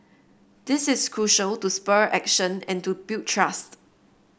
this is crucial to spur action and to build trust